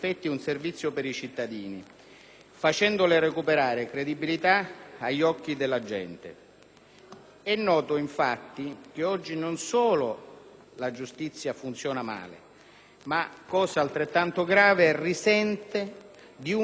facendole recuperare credibilità agli occhi della gente. È noto infatti che la giustizia oggi non solo funziona male, ma, fatto altrettanto grave, risente di un'impopolarità diffusa.